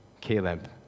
Caleb